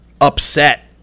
upset